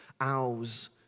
Owls